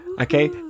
Okay